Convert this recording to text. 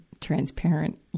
transparent